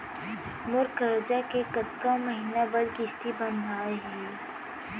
मोर करजा के कतका महीना बर किस्ती बंधाये हे?